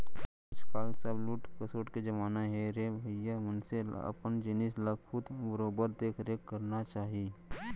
आज काल सब लूट खसोट के जमाना हे रे भइया मनसे ल अपन जिनिस ल खुदे बरोबर देख रेख करना चाही